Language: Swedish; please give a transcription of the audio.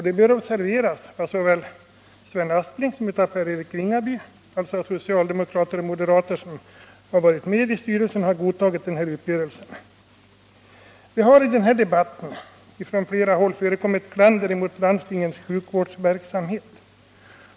Det bör observeras av såväl Sven Aspling som Per-Eric Ringaby att socialdemokrater och moderater i styrelsen har godtagit uppgörelsen. Det har i den här debatten från flera håll förekommit klander mot landstingens sjukvårdsverksamhet.